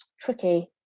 Tricky